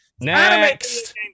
Next